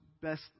best